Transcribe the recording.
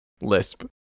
Lisp